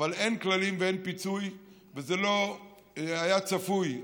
אין כללים ואין פיצוי, וזה לא היה צפוי.